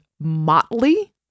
Motley